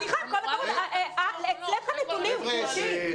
הנתונים הם אצלך, לא אצלנו, גברתי.